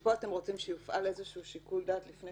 ופה אתם רוצים שיופעל שיקול דעת לפני